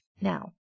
Now